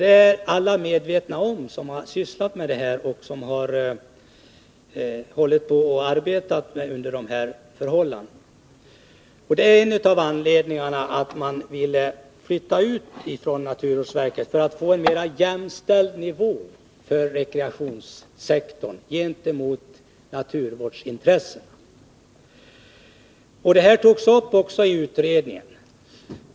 Det är alla medvetna om som har sysslat med det här och som har arbetat under dessa förhållanden. Det är en av anledningarna till att man ville göra en överflyttning från naturvårdsverket. Man ville alltså få en mera jämställd nivå för rekreationssektorn i förhållande till naturvårdsintressena. Den saken togs upp också i utredningen.